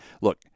Look